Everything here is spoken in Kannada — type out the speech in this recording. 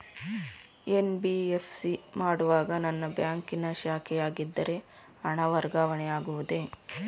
ಎನ್.ಬಿ.ಎಫ್.ಸಿ ಮಾಡುವಾಗ ನನ್ನ ಬ್ಯಾಂಕಿನ ಶಾಖೆಯಾಗಿದ್ದರೆ ಹಣ ವರ್ಗಾವಣೆ ಆಗುವುದೇ?